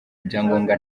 ibyangombwa